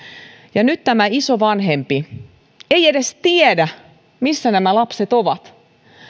ja nyt isovanhempi ei edes tiedä missä nämä lapset ovat